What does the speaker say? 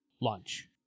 lunch